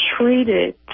treated